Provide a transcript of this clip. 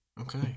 Okay